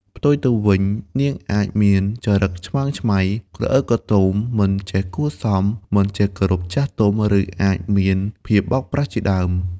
ផ្ទុយទៅវិញ នាងអាចមានចរិតឆ្មើងឆ្មៃ ក្រអឺតក្រទម មិនចេះគួរសម មិនចេះគោរពចាស់ទុំ ឬអាចមានភាពបោកប្រាស់ជាដើម។